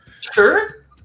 Sure